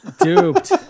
Duped